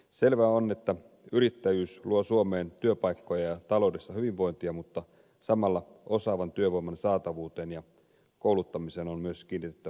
selvää on että yrittäjyys luo suomeen työpaikkoja ja taloudellista hyvinvointia mutta samalla osaavan työvoiman saatavuuteen ja kouluttamiseen on myös kiinnitettävä huomiota